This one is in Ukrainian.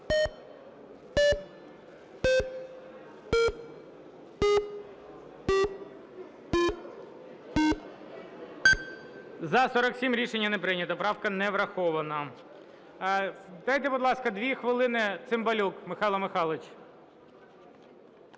За-47 Рішення не прийнято. Правка не врахована. Дайте, будь ласка, 2 хвилини – Цимбалюк Михайло Михайлович.